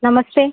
नमस्ते